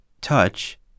touch